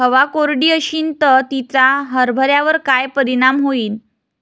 हवा कोरडी अशीन त तिचा हरभऱ्यावर काय परिणाम होईन?